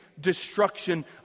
destruction